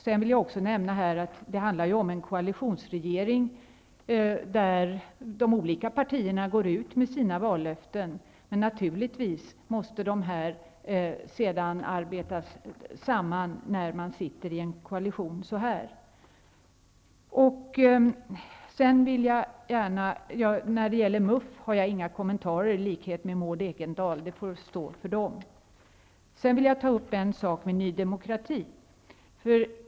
Sen vill jag också nämna att det handlar om en koalitionsregering, där de olika partierna går ut med sina vallöften som naturligtvis sedan måste arbetas samman i en koalition. När det gäller MUF har jag inga kommentarer, i likhet med Maud Ekendahl. Jag vill ta upp en sak med Ny demokrati.